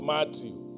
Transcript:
Matthew